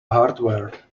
hardware